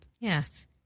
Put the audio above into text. Yes